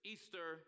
Easter